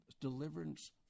deliverance